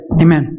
amen